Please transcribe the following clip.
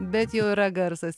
bet jau yra garsas